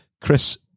Chris